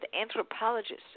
anthropologists